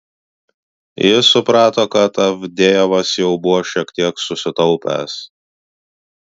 jis suprato kad avdejevas jau buvo šiek tiek susitaupęs